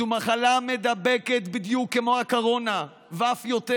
זו מחלה מידבקת בדיוק כמו הקורונה ואף יותר.